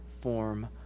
form